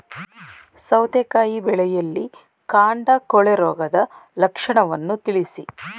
ಸೌತೆಕಾಯಿ ಬೆಳೆಯಲ್ಲಿ ಕಾಂಡ ಕೊಳೆ ರೋಗದ ಲಕ್ಷಣವನ್ನು ತಿಳಿಸಿ?